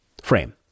frame